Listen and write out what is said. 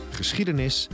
geschiedenis